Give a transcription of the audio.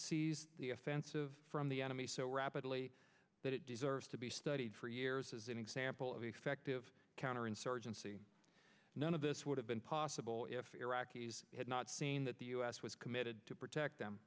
sees the offensive from the enemy so rapidly that it deserves to be studied for years as an example of effective counterinsurgency none of this would have been possible if iraqis had not seen that the us was committed to protect them